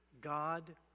God